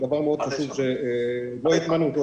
זה מאוד חשוב שלא הטמענו אותו,